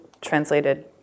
translated